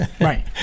right